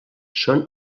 són